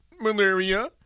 malaria